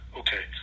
okay